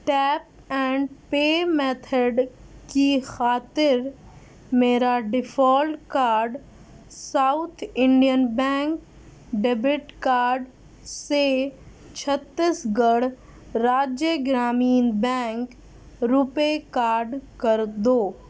tape and pay method کی خاطر میرا default card South Indian bank debit card سے Chhattisgarh Rajya Gramin bank RuPay card کر دو